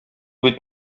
бит